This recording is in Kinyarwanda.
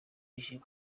mwijima